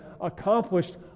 accomplished